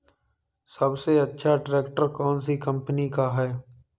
सबसे अच्छा ट्रैक्टर कौन सी कम्पनी का है?